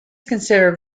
considered